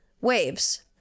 waves